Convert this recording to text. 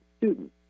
students